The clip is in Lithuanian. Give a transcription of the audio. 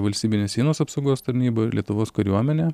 valstybinės sienos apsaugos tarnyba ir lietuvos kariuomenė